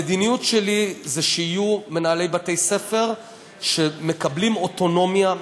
המדיניות שלי היא שיהיו מנהלי בתי-ספר שמקבלים אוטונומיה,